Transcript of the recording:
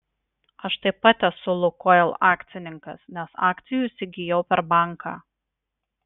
aš taip pat esu lukoil akcininkas nes akcijų įsigijau per banką